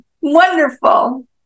Wonderful